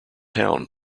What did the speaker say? town